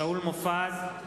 שאול מופז,